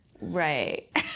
Right